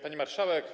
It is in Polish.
Pani Marszałek!